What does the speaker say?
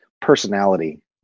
personality